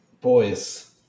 Boys